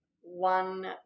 one